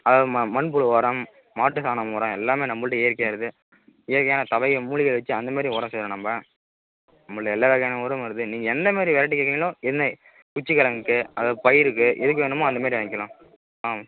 அது ம மண்புழு உரம் மாட்டு சாணம் உரம் எல்லாமே நம்மள்ட்ட இயற்கையாக இருக்குது இயற்கையான பழைய மூலிகை வெச்சு அந்தமாதிரியும் உரம் செய்கிறோம் நம்ம நம்மள்ட்ட எல்லா வகையான உரமும் இருக்குது நீங்கள் என்னமாதிரி வெரைட்டி கேட்குறிங்களோ என்ன குச்சி கெழங்குக்கு அதாவது பயிருக்கு எதுக்கு வேணுமோ அந்தமாதிரி வாங்கிக்கலாம் ஆ